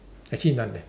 actually none eh